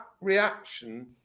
reaction